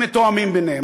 הם מתואמים ביניהם.